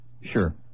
Sure